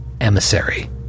emissary